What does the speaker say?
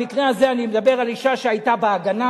במקרה הזה אני מדבר על אשה שהיתה ב"הגנה",